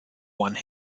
one